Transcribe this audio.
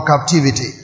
captivity